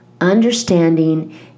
understanding